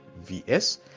VS